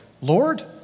Lord